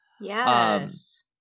Yes